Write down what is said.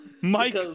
Mike